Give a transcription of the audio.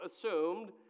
assumed